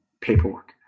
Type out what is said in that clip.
paperwork